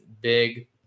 big